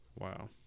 Wow